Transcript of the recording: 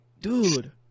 dude